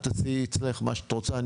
את תעשי אצלך מה שאת רוצה,